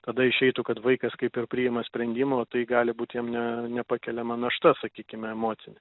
tada išeitų kad vaikas kaip ir priima sprendimą o tai gali būt jam ne nepakeliama našta sakykime emocinė